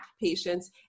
patients